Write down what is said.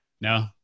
No